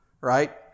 right